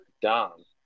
Dom